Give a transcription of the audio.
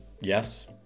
Yes